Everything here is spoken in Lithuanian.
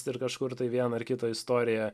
ir kažkur tai vieną ar kitą istoriją